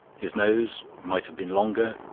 his nose might have been longer,